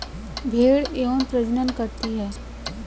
भेड़ यौन प्रजनन करती है